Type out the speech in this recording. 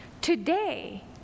Today